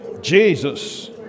Jesus